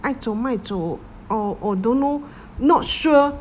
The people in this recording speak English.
or or don't know not sure